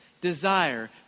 desire